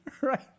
Right